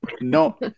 No